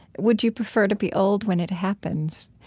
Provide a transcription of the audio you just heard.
would you prefer to be old when it happens?